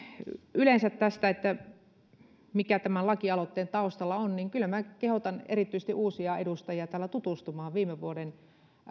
yleensä tästä mitä tämän lakialoitteen taustalla on kyllä minä kehotan erityisesti uusia edustajia täällä tutustumaan tarkastusvaliokunnan viime vuoden